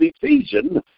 Ephesians